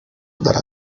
dalla